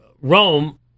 Rome